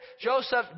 Joseph